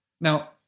Now